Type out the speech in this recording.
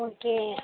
okay